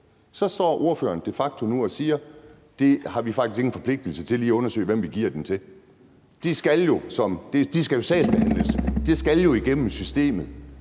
giver folk et statsborgerskab, har vi faktisk ikke nogen forpligtelse til at undersøge, hvem vi giver det til. Det skal jo sagsbehandles, og det skal jo igennem systemet,